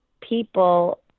people